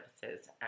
services